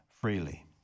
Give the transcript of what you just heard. freely